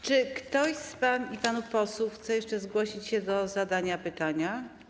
Czy ktoś z pań i panów posłów chce jeszcze zgłosić się do zdania pytania?